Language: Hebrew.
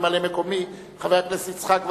ממלא-מקומי חבר הכנסת יצחק וקנין,